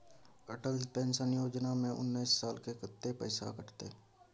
Atal pension योजना में उनैस साल के कत्ते पैसा कटते?